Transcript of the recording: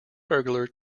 burglar